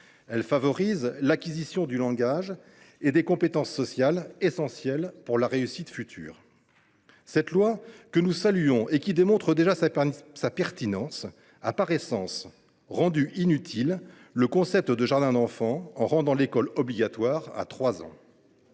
elle favorise l’acquisition du langage et des compétences sociales, essentielles pour la réussite future. Cette loi, que nous saluons et qui a déjà fait la preuve de sa pertinence, a, par essence, rendu inutile le concept de jardins d’enfants en rendant l’école obligatoire dès